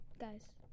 Guys